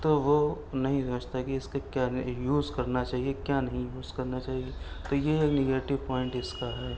تو وہ نہیں سمجھتا کہ اس کے کیا یوز کرنا چاہیے کیا نہیں یوز کرنا چاہیے تو یہ ہے نگیٹو پوائنٹ اس کا ہے